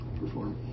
perform